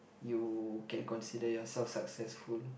you can consider yourself successful